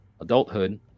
adulthood